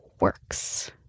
works